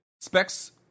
specs